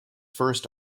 first